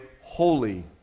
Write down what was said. holy